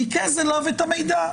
ניקז אליו את המידע,